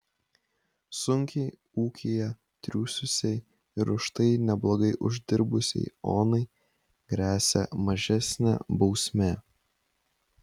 sunkiai ūkyje triūsusiai ir už tai neblogai uždirbusiai onai gresia mažesnė bausmė